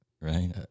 Right